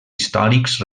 històrics